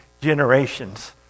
generations